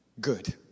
good